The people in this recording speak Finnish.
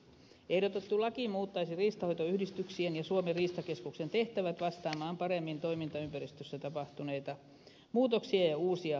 ehdotettu laki muuttaisi riistanhoitoyhdistyksien ja suomen riistakeskuksen tehtävät vastaamaan paremmin toimintaympäristössä tapahtuneita muutoksia ja uusia haasteita